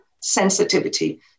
sensitivity